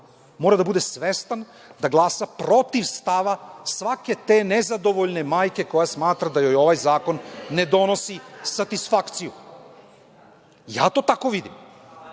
mora da bude svestan da glasa protiv stava svake te nezadovoljne majke koja smatra da joj ovaj zakon ne donosi satisfakciju. Ja to tako vidim. Ne